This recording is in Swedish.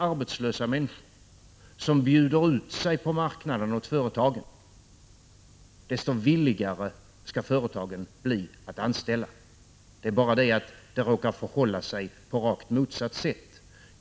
1985/86:155 marknaden åt företagen desto villigare skall företagen bli att anställa. Men 29 maj 1986 det råkar förhålla sig på rakt motsatt sätt.